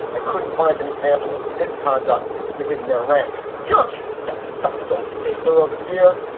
i couldn't find an example of misconduct within their ranks. sure. i'm sure yeah someone stole the stapler over the years,